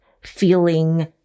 feeling